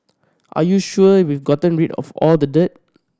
are you sure we've gotten rid of all the dirt